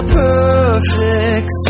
perfect